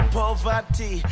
poverty